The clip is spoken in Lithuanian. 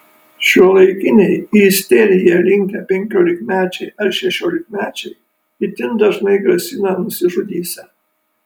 šiuolaikiniai į isteriją linkę penkiolikmečiai ar šešiolikmečiai itin dažnai grasina nusižudysią